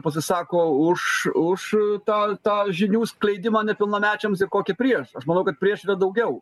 pasisako už už tą tą žinių skleidimą nepilnamečiams ir kokį prieš aš manau kad prieš yra daugiau